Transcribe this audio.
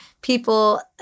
people